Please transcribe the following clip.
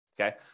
okay